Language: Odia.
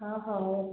ହଁ ହେଉ